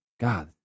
God